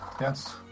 yes